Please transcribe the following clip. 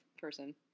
person